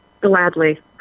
Gladly